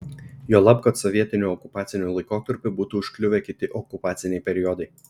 juolab kad sovietiniu okupaciniu laikotarpiu būtų užkliuvę kiti okupaciniai periodai